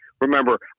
remember